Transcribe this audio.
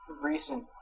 recent